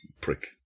prick